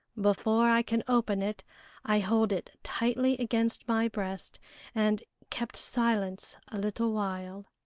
before i can open it i hold it tightly against my breast and kept silence a little while.